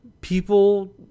people